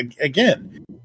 again